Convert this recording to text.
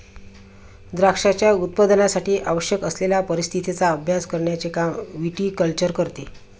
द्राक्षांच्या उत्पादनासाठी आवश्यक असलेल्या परिस्थितीचा अभ्यास करण्याचे काम विटीकल्चर करते